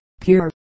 pure